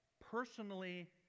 personally